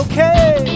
Okay